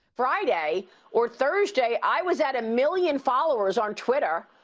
friday or thursday i was at a million followers on twitter.